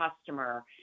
customer